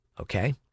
okay